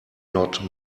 not